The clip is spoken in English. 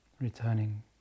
returning